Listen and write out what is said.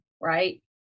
right